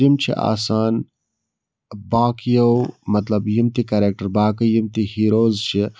تِم چھِ آسان باقٕیو مطلب یِم تہِ کریکٹَر باقٕے یِم تہِ ہیٖروٗز چھِ